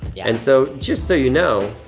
yeah. and so, just so you know,